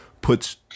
puts